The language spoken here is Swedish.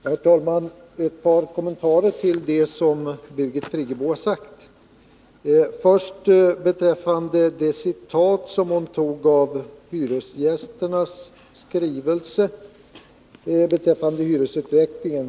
Herr talman! Jag vill göra ett par kommentarer till det som Birgit Friggebo har sagt. Först vill jag ta upp det citat som hon hade hämtat från hyresgästernas skrivelse beträffande hyresutvecklingen.